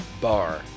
Bar